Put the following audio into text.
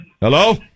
Hello